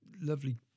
lovely